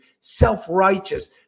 self-righteous